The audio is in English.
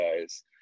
guys